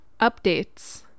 Updates